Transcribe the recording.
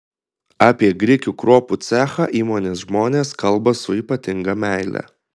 apie grikių kruopų cechą įmonės žmonės kalba su ypatinga meile